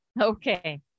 Okay